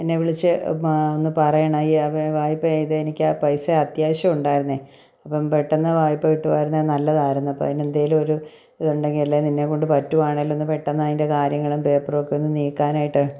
എന്നെ വിളിച്ച് ഒന്നു പറയണെ യെ വ വായ്പയിതെനിക്കാ പൈസ അത്യാവശ്യമുണ്ടായിരുന്നെ അപ്പോള് പെട്ടെന്ന് വായ്പ കിട്ടുവാരുന്നെ നല്ലതാരുന്നു അപ്പോള് അതിനെന്തേലുവൊരു ഇതുണ്ടെങ്കിലല്ലേ നിന്നേക്കൊണ്ട് പറ്റുവാണേലൊന്ന് പെട്ടെന്നൈൻ്റെ കാര്യങ്ങളും പേപ്പറുമൊക്കെയൊന്ന് നീക്കാനായിട്ട്